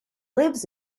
lives